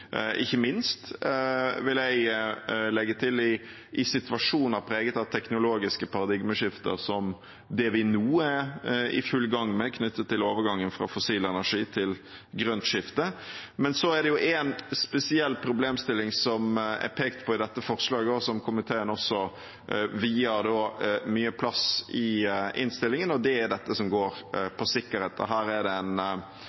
ikke minst, vil jeg legge til, i situasjoner preget av det teknologiske paradigmeskiftet som vi nå er i full gang med, knyttet til overgangen fra fossil energi til et grønt skifte. En spesiell problemstilling som er pekt på i dette forslaget, og som komiteen vier mye plass i innstillingen, er dette som går